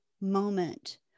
moment